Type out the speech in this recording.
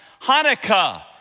Hanukkah